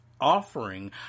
offering